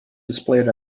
displayed